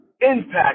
Impact